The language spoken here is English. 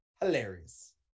hilarious